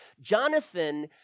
Jonathan